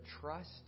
trust